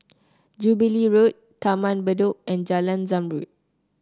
Jubilee Road Taman Bedok and Jalan Zamrud